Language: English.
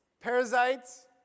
Parasites